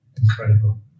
incredible